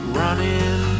running